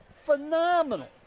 phenomenal